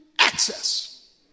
access